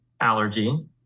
allergy